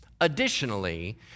Additionally